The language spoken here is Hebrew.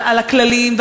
הכללים.